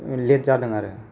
late जादों आरो